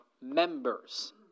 members